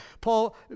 Paul